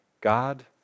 God